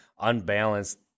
unbalanced